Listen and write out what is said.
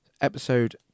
Episode